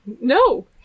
No